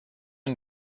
une